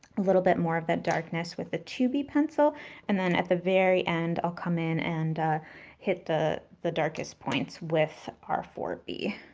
a little bit more of that darkness with the two b pencil and then at the very end, i'll come in and hit the the darkest points with our four b.